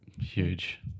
Huge